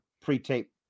pre-tape